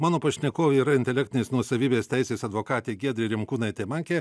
mano pašnekovė yra intelektinės nuosavybės teisės advokatė giedrė rimkūnaitė mankė